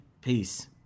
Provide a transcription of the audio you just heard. peace